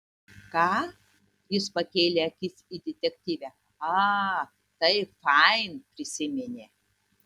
ką jis pakėlė akis į detektyvę a taip fain prisiminė